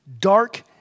dark